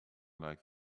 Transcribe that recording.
like